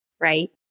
right